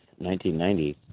1990